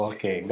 Okay